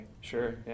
sure